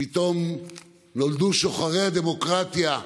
פתאום נולדו שוחרי הדמוקרטיה.